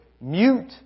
mute